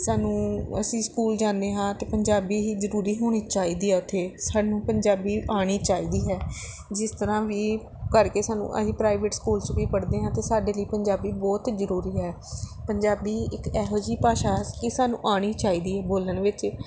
ਸਾਨੂੰ ਅਸੀਂ ਸਕੂਲ ਜਾਂਦੇ ਹਾਂ ਅਤੇ ਪੰਜਾਬੀ ਹੀ ਜ਼ਰੂਰੀ ਹੋਣੀ ਚਾਹੀਦੀ ਆ ਉੱਥੇ ਸਾਨੂੰ ਪੰਜਾਬੀ ਆਉਣੀ ਚਾਹੀਦੀ ਹੈ ਜਿਸ ਤਰ੍ਹਾਂ ਵੀ ਕਰਕੇ ਸਾਨੂੰ ਅਸੀਂ ਪ੍ਰਾਈਵੇਟ ਸਕੂਲ 'ਚ ਵੀ ਪੜ੍ਹਦੇ ਹਾਂ ਤਾਂ ਸਾਡੇ ਲਈ ਪੰਜਾਬੀ ਬਹੁਤ ਜ਼ਰੂਰੀ ਹੈ ਪੰਜਾਬੀ ਇੱਕ ਇਹੋ ਜਿਹੀ ਭਾਸ਼ਾ ਕਿ ਸਾਨੂੰ ਆਉਣੀ ਚਾਹੀਦੀ ਬੋਲਣ ਵਿੱਚ